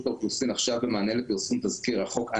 האוכלוסין עכשיו במענה לפרסום תזכיר החוק,